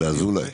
ולאזולאי.